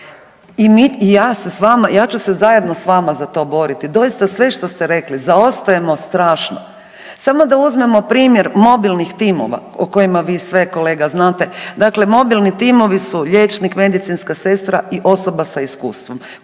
I ja ću se zajedno s vama za to boriti. Doista, sve što ste rekli zaostajemo strašno. Samo da uzmemo primjer mobilnih timova o kojima vi sve kolega znate, dakle mobilni timovi su liječnik, medicinska sestra i osoba sa iskustvom